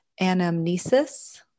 anamnesis